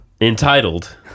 Entitled